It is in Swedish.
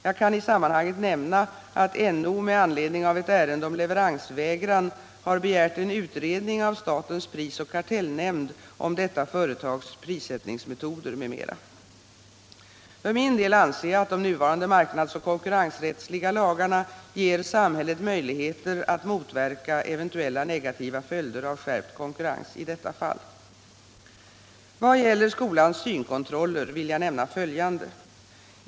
Jag kan i sammanhanget nämna att NO med anledning av ett ärende om leveransvägran har begärt en utredning av statens prisoch kartellnämnd om detta företags prissättningsmetoder m.m. För min del anser jag att de nuvarande marknadsoch konkurrensrättsliga lagarna ger samhället möjligheter att motverka eventuella negativa följder av skärpt konkurrens i detta fall. Vad gäller skolans synkontroller vill jag nämna följande.